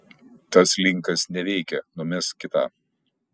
tas linkas neveikia numesk kitą